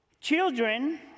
Children